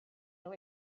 nhw